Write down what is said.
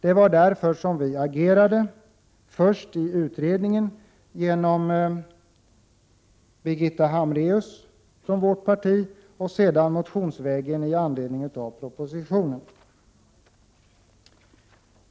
Det var därför som vi agerade, först i utredningen genom Birgitta Hambraeus från vårt parti och sedan motionsvägen i anledning av propositionen.